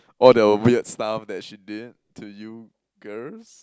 all the weird stuff that she did to you girls